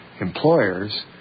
employers